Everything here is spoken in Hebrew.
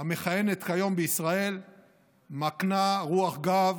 המכהנת כיום בישראל מקנה רוח גב